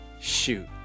shoot